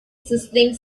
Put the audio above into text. sizzling